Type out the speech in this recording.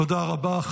תודה רבה.